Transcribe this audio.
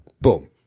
Boom